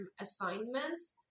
assignments